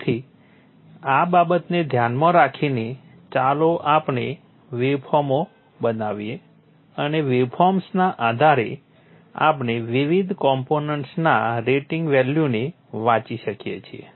તેથી આ બાબતોને ધ્યાનમાં રાખીને ચાલો આપણે વેવફોર્મો બનાવીએ અને વેવફોર્મ્સના આધારે આપણે વિવિધ કોમ્પોનન્ટ્સના રેટિંગ વેલ્યુને વાંચી શકીએ છીએ